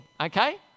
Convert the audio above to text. okay